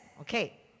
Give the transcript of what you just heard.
Okay